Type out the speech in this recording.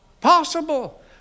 possible